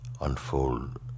unfold